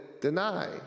deny